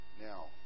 Now